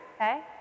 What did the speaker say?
Okay